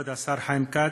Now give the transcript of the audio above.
כבוד השר חיים כץ,